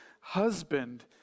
husband